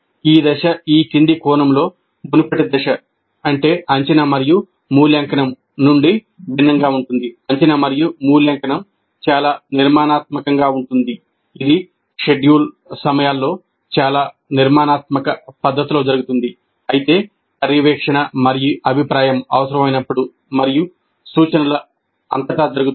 ఈ దశ ఈ క్రింది కోణంలో మునుపటి దశ నుండి భిన్నంగా ఉంటుంది అంచనా మరియు మూల్యాంకనం చాలా నిర్మాణాత్మకంగా ఉంటుంది ఇది షెడ్యూల్ సమయాల్లో చాలా నిర్మాణాత్మక పద్ధతిలో జరుగుతుంది అయితే పర్యవేక్షణ మరియు అభిప్రాయం అవసరమైనప్పుడు మరియు సూచనల అంతటా జరుగుతుంది